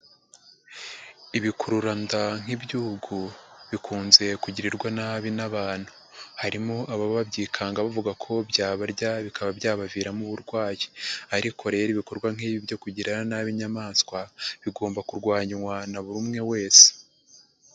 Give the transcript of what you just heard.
Ibikururanda nk'ibigihugu bikunze kugirirwa nabi n'abantu, harimo ababa byikanga bavuga ko byabarya bikaba byabaviramo uburwayi, ariko rero ibikorwa nk'ibi byo kugirira nabi inyamaswa bigomba kurwanywa na buri umwe wese.